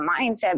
mindset